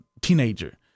teenager